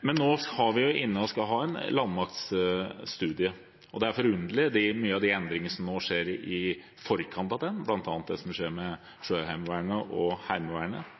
Men nå skal vi ha en landmaktstudie, og det er forunderlig med mange av de endringene som nå skjer i forkant av den, bl.a. det som skjer med Sjøheimevernet og Heimevernet.